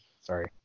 Sorry